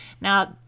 Now